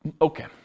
Okay